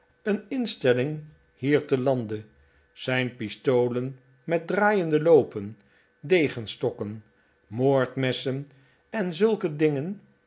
een instelling hier te iande zijn pistolen met draaiende loopen degenstokken moordmessen en zulke dingen